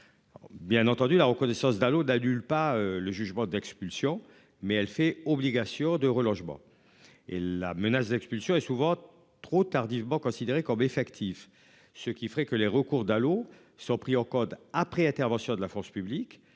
Bien entendu la reconnaissance d'Allos d'annule pas le jugement d'expulsion mais elle fait obligation de relogement et la menace d'expulsion et souvent trop tardivement considéré comme effectif ce qui ferait que les recours Dalo sont pris au code après intervention de la force publique